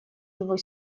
его